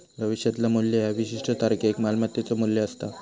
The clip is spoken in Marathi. भविष्यातला मू्ल्य ह्या विशिष्ट तारखेक मालमत्तेचो मू्ल्य असता